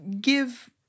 give